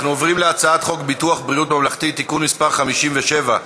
אנחנו עוברים להצעת חוק ביטוח בריאות ממלכתי (תיקון מס' 57),